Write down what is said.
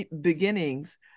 Beginnings